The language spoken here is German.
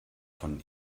von